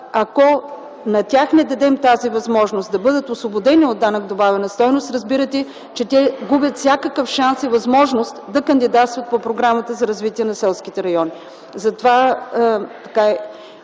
Ако на тях не дадем тази възможност да бъдат освободени от данък добавена стойност, разбирате, че те губят всякакъв шанс и възможност да кандидатстват по Програмата за развитие на селските райони.